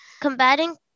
Combating